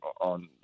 on